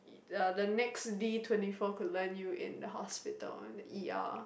the the next D twenty four could land you in the hospital and the E_R